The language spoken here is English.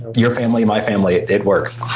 your family my family it it works!